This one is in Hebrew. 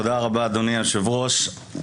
תודה רבה אדוני היושב ראש.